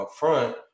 upfront